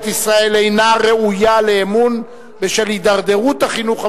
ישראל אינה ראויה לאמון בשל הידרדרות החינוך הממלכתי.